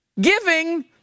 Giving